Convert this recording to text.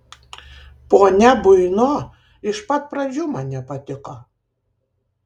ponia buino iš pat pradžių man nepatiko